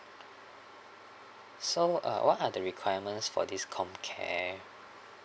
so uh what are the requirements for this comm care